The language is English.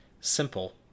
simple